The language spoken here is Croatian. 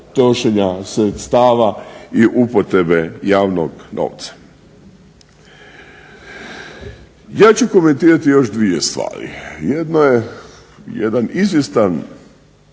trošenja sredstava i upotrebe javnog novca. Ja ću komentirati još dvije stvari. Jedno je jedan izvjestan